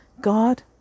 God